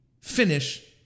finish